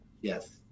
Yes